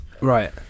right